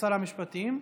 שר המשפטים.